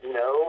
no